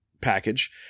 package